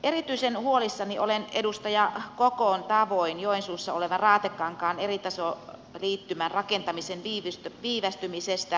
erityisen huolissani olen edustaja kokon tavoin joensuussa olevan raatekankaan eritasoliittymän rakentamisen viivästymisestä